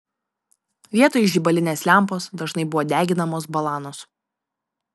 vietoj žibalinės lempos dažnai buvo deginamos balanos